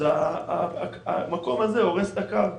אז המקום הזה הורס את הקו,